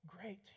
great